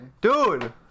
Dude